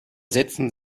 setzten